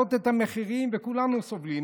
להעלות את המחירים, וכולנו סובלים.